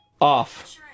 Off